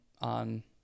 on